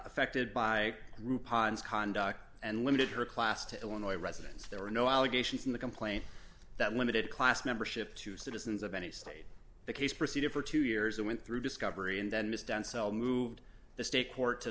ffected by group pons conduct and limited her class to illinois residents there were no allegations in the complaint that limited class membership to citizens of any state the case proceeded for two years and went through discovery and then missed and cell moved the state court to